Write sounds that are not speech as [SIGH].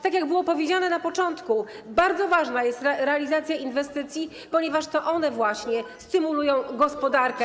Tak jak było powiedziane na początku, bardzo ważna jest realizacja inwestycji, ponieważ to właśnie one [NOISE] stymulują gospodarkę.